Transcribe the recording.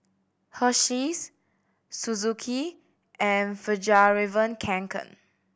Hersheys Suzuki and Fjallraven Kanken